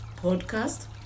podcast